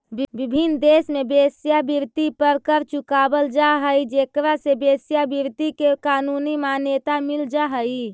विभिन्न देश में वेश्यावृत्ति पर कर चुकावल जा हई जेकरा से वेश्यावृत्ति के कानूनी मान्यता मिल जा हई